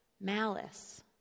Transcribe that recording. malice